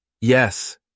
Yes